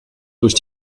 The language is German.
durch